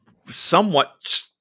somewhat